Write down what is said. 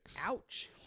Ouch